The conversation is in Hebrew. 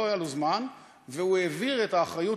לא היה לו זמן והוא העביר את האחריות